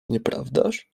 nieprawdaż